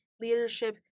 leadership